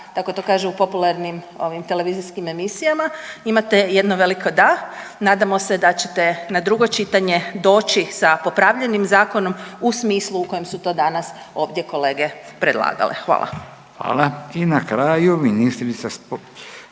tako to kažu u popularnim ovim televizijskim emisijama, imate jedno veliko da, nadamo se da ćete na drugo čitanje doći sa popravljenim zakonom u smislu u kojem su to danas ovdje kolege predlagale, hvala. **Radin, Furio